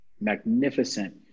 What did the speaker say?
magnificent